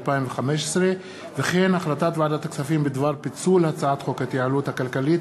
25 בעד, אין מתנגדים,